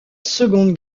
seconde